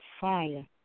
fire